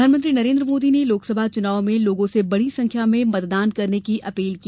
प्रधानमंत्री नरेन्द्र मोदी ने लोकसभा चुनाव में लोगों से बड़ी संख्या में मतदान करने की अपील की